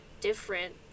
different